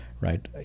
right